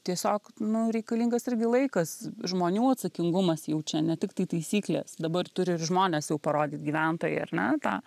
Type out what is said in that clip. tiesiog nu reikalingas irgi laikas žmonių atsakingumas jau čia ne tiktai taisyklės dabar turi ir žmonės jau parodyt gyventojai ar ne tą